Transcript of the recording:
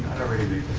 already